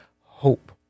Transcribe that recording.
hope